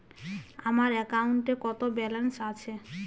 আমার অ্যাকাউন্টে কত ব্যালেন্স আছে?